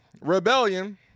Rebellion